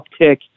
uptick